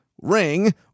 ring